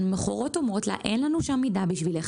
והמוכרות אומרות לה: אין לנו שום מידה בשבילך,